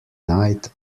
night